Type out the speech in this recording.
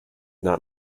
not